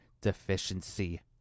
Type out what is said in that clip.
deficiency